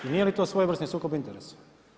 Nije li to svojevrsni sukob interesa?